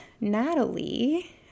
Natalie